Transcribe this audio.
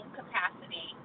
capacity